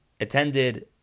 attended